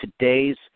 today's